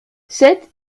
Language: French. sept